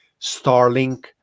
Starlink